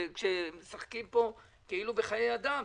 משחקים פה כאילו בחיי אדם.